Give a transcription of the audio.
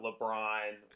LeBron